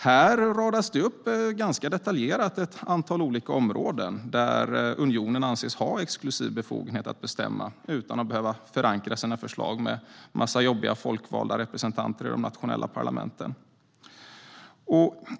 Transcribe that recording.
Här radas det upp ganska detaljerat ett antal olika områden där unionen anses ha exklusiv befogenhet att bestämma utan att behöva förankra sina förslag med en massa jobbiga folkvalda representanter i de nationella parlamenten.